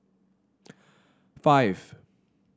five